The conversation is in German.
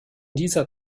dieser